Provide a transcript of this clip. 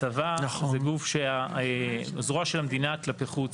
הצבא זה הזרוע של המדינה כלפי חוץ.